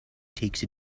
takes